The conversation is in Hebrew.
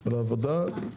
על העבודה.